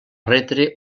retre